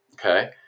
Okay